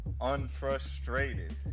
unfrustrated